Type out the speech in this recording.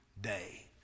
day